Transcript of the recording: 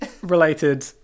related